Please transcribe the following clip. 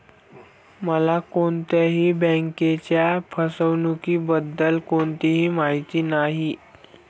मला कोणत्याही बँकेच्या फसवणुकीबद्दल कोणतीही माहिती नाही